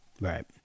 Right